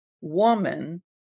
woman